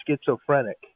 Schizophrenic